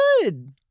good